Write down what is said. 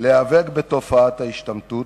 להיאבק בתופעת ההשתמטות.